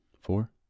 Four